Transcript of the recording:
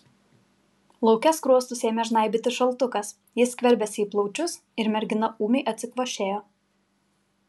lauke skruostus ėmė žnaibyti šaltukas jis skverbėsi į plaučius ir mergina ūmiai atsikvošėjo